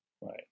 Right